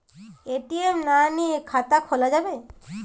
ATM না নিয়ে খাতা খোলা যাবে?